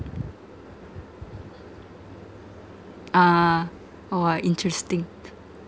ah uh !wah! interesting